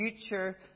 future